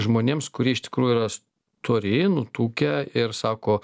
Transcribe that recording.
žmonėms kurie iš tikrųjų yra stori nutukę ir sako